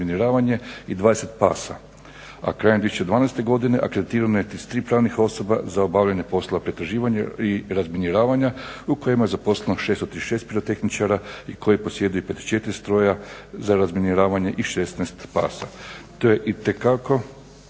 i 20 pasa, a krajem 2012. godine akreditirano je 33 pravnih osoba za obavljanje poslova pretraživanja i razminiravanja u kojima je zaposleno 636 pirotehničara i koji posjeduju 54 stroja za razminiravanje i 16 pasa. To je itekako